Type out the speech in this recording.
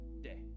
day